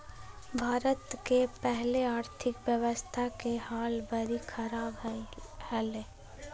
भारत के पहले आर्थिक व्यवस्था के हाल बरी ख़राब हले